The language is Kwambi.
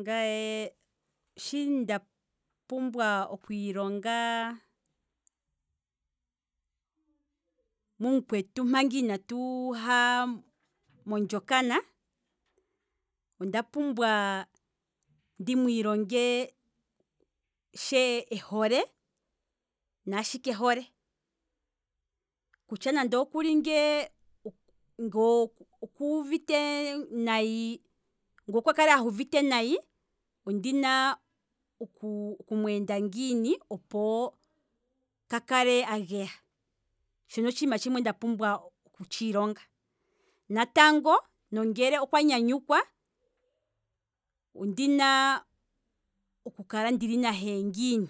Ngaye shi ndapumbwa okwiilonga mum'kwetu manga inatu ha mondjokana, onda pumbwa ndi mwiilonge shi ehole naashi kehole, kutya nande okuli ngee oku- oku- okuuvite nayi, nge okwa kala uuvite nayi ondina oku mweenda ngiini opo ka kale ageya, shono otshiima tshimwe nda pumbwa oku tshiilonga, natango uuna anyanyukwa ondina oku kala nahe ngiini